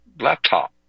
laptop